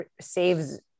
saves